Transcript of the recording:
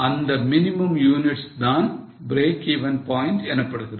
அந்த minimum unit தான் breakeven point எனப்படுகிறது